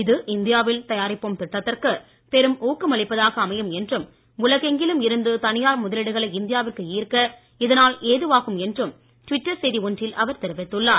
இது இந்தியாவில் தயாரிப்போம் திட்டத்திற்கு பெரும் ஊக்கமளிப்பதாக அமையும் என்றும் உலகெங்கிலும் இருந்து தனியார் முதலீடுகளை இந்தியாவிற்கு ஈர்க்க இதனால் ஏதுவாகும் என்றும் டுவிட்டர் செய்தி ஒன்றில் அவர் தெரிவித்துள்ளார்